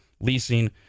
leasing